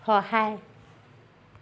সহায়